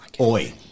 Oi